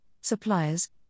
suppliers